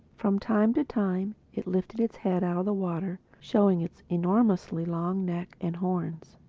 from time to time it lifted its head out of the water showing its enormously long neck and horns.